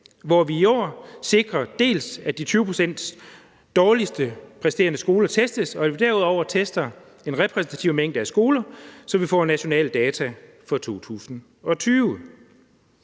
lovforslag. I år sikrer vi, dels at de 20 pct. dårligst præsterende skoler testes, og at vi derudover tester en repræsentativ mængde af skoler, så vi får nationale data for 2020.